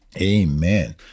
Amen